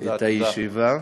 את הישיבה.